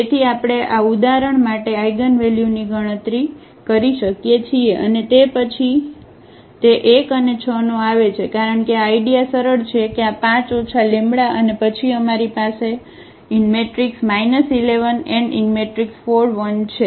તેથી આપણે આ ઉદાહરણ માટે આઇગનવલ્યુની ગણતરી કરી શકીએ છીએ અને પછી તે 1 અને 6 નો આવે છે કારણ કે આ આઇડીયા સરળ છે કે આ 5 ઓછા λ અને પછી અમારી પાસે 1 1 4 1 છે